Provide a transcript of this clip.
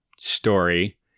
story